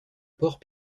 port